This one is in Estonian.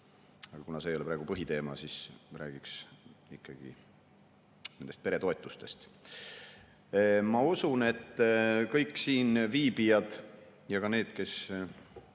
Aga kuna see ei ole praegu põhiteema, siis räägiksin ikkagi nendest peretoetustest. Ma usun, et kõik siinviibijad ja ka need, kes